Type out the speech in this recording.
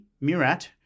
Murat